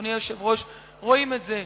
אדוני היושב-ראש, רואים את זה.